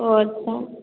ओह अच्छा